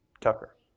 Tucker